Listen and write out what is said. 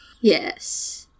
Yes